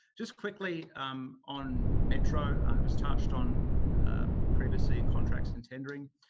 just quickly um on metro. it was touched on previously in contracts and tendering.